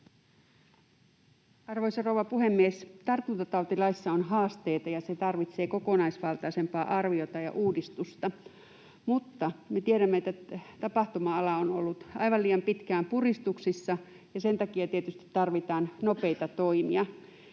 Arvoisa rouva puhemies! Tartuntatautilaissa on haasteita, ja se tarvitsee kokonaisvaltaisempaa arviota ja uudistusta. Mutta me tiedämme, että tapahtuma-ala on ollut aivan liian pitkään puristuksissa, ja sen takia tietysti tarvitaan nopeita toimia.